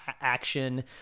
action